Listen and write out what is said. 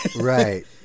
Right